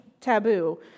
taboo